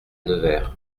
nevers